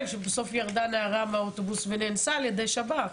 שבסוף ירדה נערה מהאוטובוס ונאנסה על ישי שב"ח.